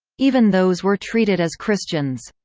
even those were treated as christians.